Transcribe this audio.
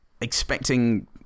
expecting